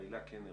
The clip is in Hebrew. הילה קנר